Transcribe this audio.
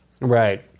Right